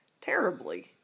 terribly